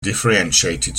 differentiated